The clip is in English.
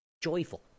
joyful